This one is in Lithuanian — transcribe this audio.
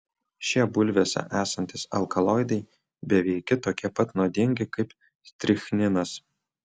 šie bulvėse esantys alkaloidai beveiki tokie pat nuodingi kaip strichninas